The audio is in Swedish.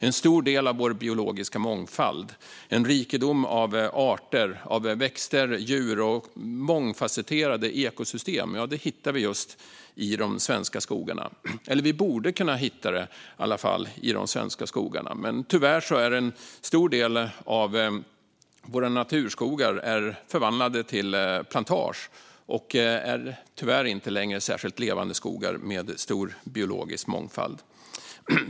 En stor del av vår biologiska mångfald - en rikedom av arter, växter, djur och mångfasetterade ekosystem - hittar vi just i de svenska skogarna. Eller vi borde i alla fall kunna hitta det där. Men tyvärr är en stor del av våra naturskogar förvandlade till plantager. Tyvärr är de inte längre särskilt levande skogar med stor biologisk mångfald.